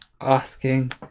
asking